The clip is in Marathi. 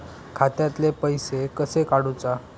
खात्यातले पैसे कशे काडूचा?